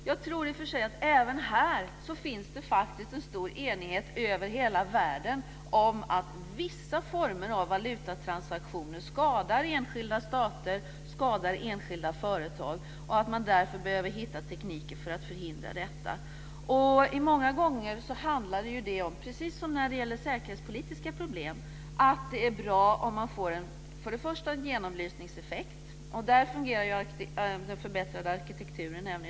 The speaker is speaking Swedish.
Jag tror i och för sig att det även här finns en stor enighet över hela världen om att vissa former av valutatransaktioner skadar enskilda stater och företag och att man behöver hitta tekniker för att förhindra detta. Många gånger handlar det ju, precis som när det gäller säkerhetspolitiska problem, om att det är bra att få en genomlysningseffekt först och främst. Även i det sammanhanget fungerar ju den förbättrade arkitekturen.